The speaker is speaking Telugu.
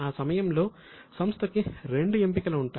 ఆ సమయంలో సంస్థకి రెండు ఎంపికలు ఉంటాయి